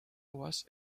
was